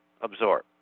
absorb